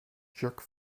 jerk